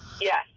Yes